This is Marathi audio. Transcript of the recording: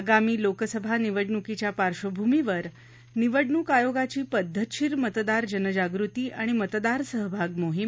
आगामी लोकसभा निवडणूकीच्या पार्श्वभूमीवर निवडणूक आयोगाची पद्धतशीर मतदार जनजागृती आणि मतदार सहभाग मोहीम